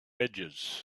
edges